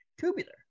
Tubular